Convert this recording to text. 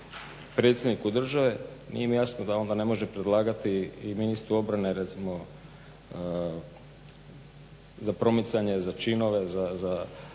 predsjedniku države nije mi jasno da onda ne može predlagati i ministru obrane recimo za promicanje za činove, za